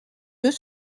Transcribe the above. deux